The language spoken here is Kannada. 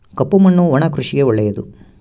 ಕಪ್ಪು ಮಣ್ಣು ಒಣ ಕೃಷಿಗೆ ಒಳ್ಳೆಯದು